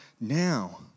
now